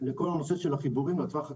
לכל הנושא של החיבורים לטווח הקצר.